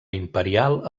imperial